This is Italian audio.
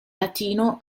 latino